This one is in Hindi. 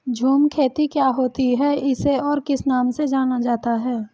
झूम खेती क्या होती है इसे और किस नाम से जाना जाता है?